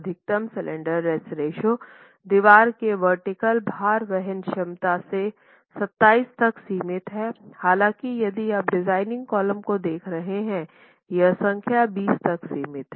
अधिकतम slenderness ratio दीवार के वर्टीकल भार वहन क्षमता से 27 तक सीमित है हालाँकि यदि आप डिज़ाइनिंग कॉलम को देख रहे हैं यह संख्या 20 तक सीमित है